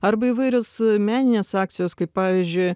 arba įvairios meninės akcijos kaip pavyzdžiui